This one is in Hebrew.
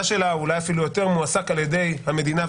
שלה או אפילו יותר מועסק על ידי המדינה,